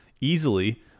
easily